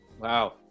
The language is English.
Wow